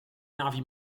navi